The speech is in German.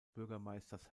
bürgermeisters